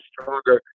stronger –